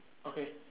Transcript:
okay